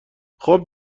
خوب